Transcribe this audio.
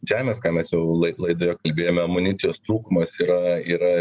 žemės ką mes jau lai laidoje kalbėjome amunicijos trūkumas yra yra